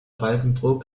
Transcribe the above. reifendruck